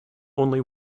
only